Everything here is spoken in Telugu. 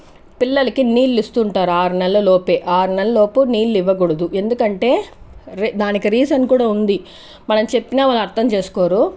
పిల్లలకి నీళ్లు ఇస్తుంటారు ఆరు నెలలలోపే ఆరు నెలలలోపు నీళ్లు ఇవ్వకూడదు ఎందుకంటే దానికి రీజన్ కూడా ఉంది మనం చెప్పిన వాళ్ళ అర్థం చేసుకోరు